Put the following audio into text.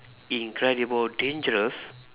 incredible dangerous